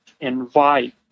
invite